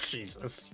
Jesus